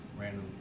random